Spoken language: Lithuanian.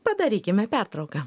padarykime pertrauką